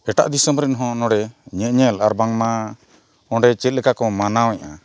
ᱮᱴᱟᱜ ᱫᱤᱥᱚᱢ ᱨᱮᱱ ᱦᱚᱸ ᱱᱚᱰᱮ ᱧᱮᱧᱮᱞ ᱟᱨ ᱵᱟᱝᱢᱟ ᱚᱸᱰᱮ ᱪᱮᱫ ᱞᱮᱠᱟ ᱠᱚ ᱢᱟᱱᱟᱣ ᱮᱫᱼᱟ